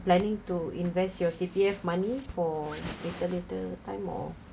planning to invest your C_P_F money for later later time or